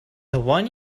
one